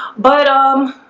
but um,